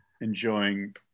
enjoying